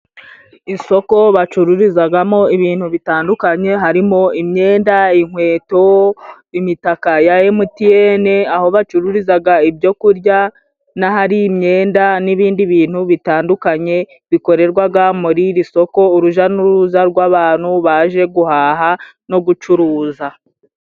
Isoko bacururizagamo ibintu bitandukanye harimo imyenda, inkweto, imitaka ya emutiyene. Aho bacururizaga ibyokurya n'ahari imyenda, n'ibindi bintu bitandukanye bikorerwaga muri iri soko. Uruja n'uruza rw'abantu baje guhaha no gucuruza.